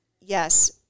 yes